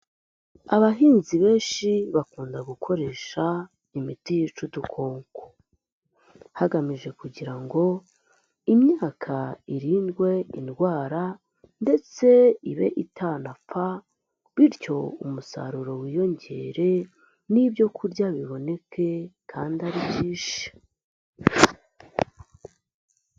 Abahinzi benshi bakunda gukoresha imiti yica udukoko hagamijwe kugira ngo imyaka irindwe indwara ndetse ibe itanapfa bityo umusaruro wiyongere n'ibyokurya biboneke kandi ari byinshi.